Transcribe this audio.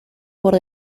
por